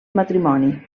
matrimoni